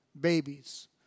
babies